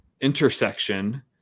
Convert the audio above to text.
intersection